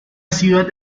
ciudad